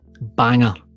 banger